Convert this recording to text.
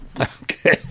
Okay